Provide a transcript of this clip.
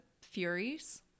Furies